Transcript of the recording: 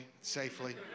safely